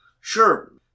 sure